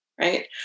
right